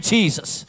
Jesus